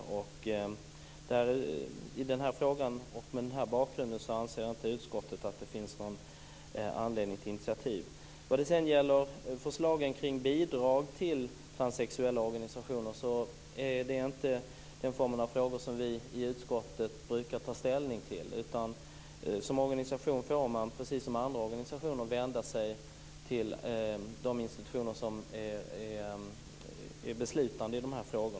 Mot den bakgrunden anser inte utskottet att det finns någon anledning till initiativ i frågan. Vad gäller förslagen om bidrag till transsexuella organisationer är det inte den formen av frågor som vi i utskottet brukar ta ställning till, utan som organisation får man, precis som andra organisationer, vända sig till de institutioner som är beslutande i dessa frågor.